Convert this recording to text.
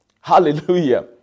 Hallelujah